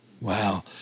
Wow